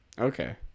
okay